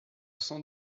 sans